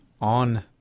on